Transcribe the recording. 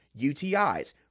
UTIs